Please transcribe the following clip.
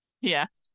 yes